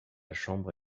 chambre